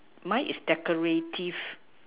mine is decorative